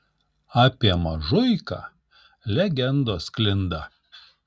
apie mažuiką legendos sklinda